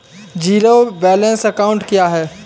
Zero balance account क्या है?